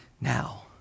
now